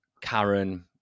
karen